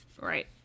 Right